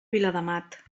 viladamat